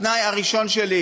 התנאי הראשון שלי